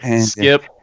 skip